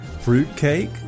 fruitcake